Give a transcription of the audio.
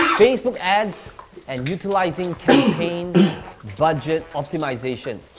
facebook ads and utilizing campaign budget optimization.